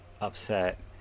upset